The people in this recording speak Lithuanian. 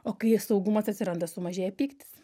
o kai saugumas atsiranda sumažėja pyktis